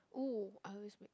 !woo! I always make cream